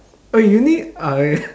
oh you need ah okay